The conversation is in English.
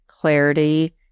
clarity